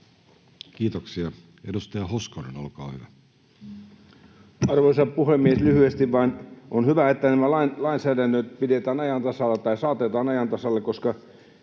Kiitoksia. — Edustaja Hoskonen, olkaa hyvä. Arvoisa puhemies! Lyhyesti vain. On hyvä, että nämä lainsäädännöt saatetaan ajan tasalle, koska